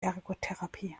ergotherapie